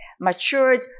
matured